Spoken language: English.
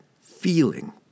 feeling